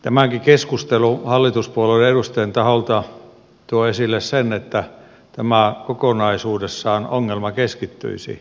tämäkin keskustelu tuo hallituspuolueen edustajien taholta esille sen että kokonaisuudessaan tämä ongelma keskittyisi pieniin kuntiin